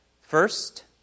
First